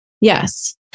Yes